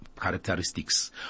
characteristics